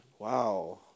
Wow